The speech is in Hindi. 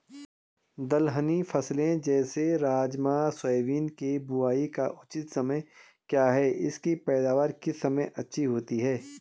दलहनी फसलें जैसे राजमा सोयाबीन के बुआई का उचित समय क्या है इसकी पैदावार किस समय अच्छी होती है?